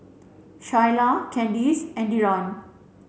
Shyla Kandice and Dillon